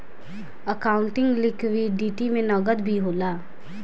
accounting liquidity में नकद भी होला